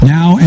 Now